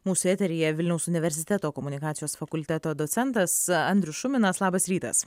mūsų eteryje vilniaus universiteto komunikacijos fakulteto docentas andrius šuminas labas rytas